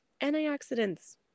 antioxidants